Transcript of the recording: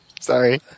Sorry